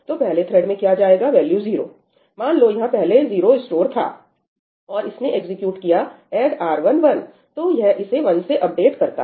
तो पहले थ्रेड में क्या जाएगा वैल्यू 0 मान लो यहां पहले 0 स्टोर था और इसने एग्जीक्यूट किया एड R1 1 तो यह इसे 1 से अपडेट करता है